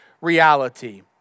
reality